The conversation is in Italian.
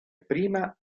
prima